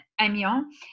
Amiens